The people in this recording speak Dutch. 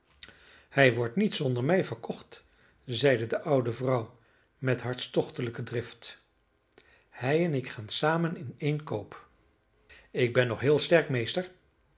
hij wordt niet zonder mij verkocht zeide de oude vrouw met hartstochtelijke drift hij en ik gaan samen in één koop ik ben nog heel sterk meester